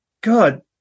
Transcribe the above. God